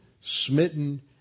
smitten